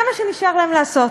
זה מה שנשאר להם לעשות.